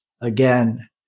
again